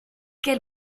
quel